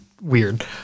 weird